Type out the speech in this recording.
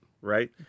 right